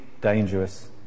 dangerous